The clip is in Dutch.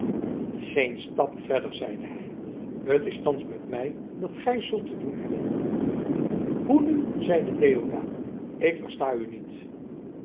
geen stap verder zeide hij t is thans met mij dat gij zult te doen hebben hoe nu zeide deodaat ik versta u niet